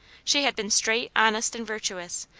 she had been straight, honest, and virtuous.